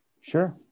Sure